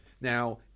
Now